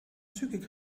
zügig